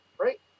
Right